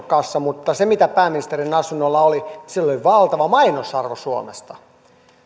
kanssa mutta se mitä pääministerin asunnolla oli sillä oli valtava mainosarvo suomesta